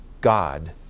God